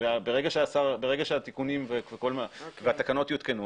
ברגע שהתיקונים והתקנות יותקנו,